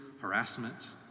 harassment